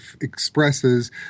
expresses